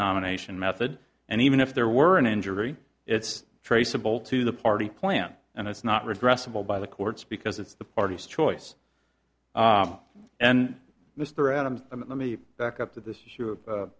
nomination method and even if there were an injury it's traceable to the party plan and it's not regressive oh by the courts because it's the party's choice and mr adams let me back up to this issue of